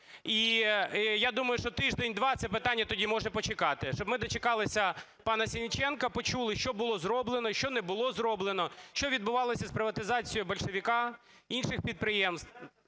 І я думаю, що тиждень-два це питання тоді може почекати, щоб ми дочекалися пана Сенниченка, почули, що було зроблено і що не було зроблено, що відбувалося з приватизацією "Більшовика", інших підприємств.